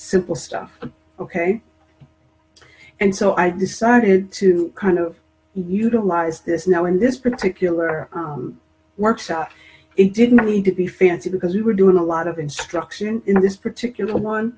simple stuff ok and so i decided to kind of utilize this now in this particular workshop it didn't need to be fancy because we were doing a lot of instruction in this particular one